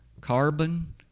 carbon